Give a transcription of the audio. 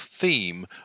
theme